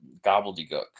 gobbledygook